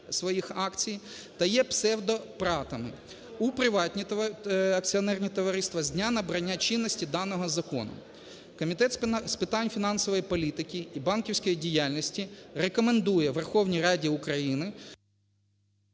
та є псевдо ПрАТами, у приватні акціонерні товариства з дня набрання чинності даного закону Комітет з питань фінансової політики і банківської діяльності рекомендує Верховній Раді України